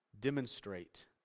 demonstrate